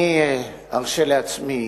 אני ארשה לעצמי